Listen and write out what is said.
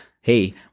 Hey